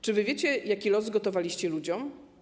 Czy wy wiecie, jaki los zgotowaliście ludziom?